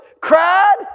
cried